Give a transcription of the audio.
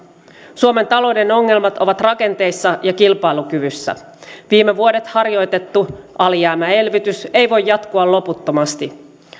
suomen talouden ongelmat ovat rakenteissa ja kilpailukyvyssä viime vuodet harjoitettu alijäämäelvytys ei voi jatkua loputtomasti